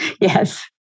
Yes